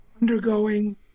undergoing